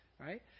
right